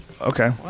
Okay